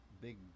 big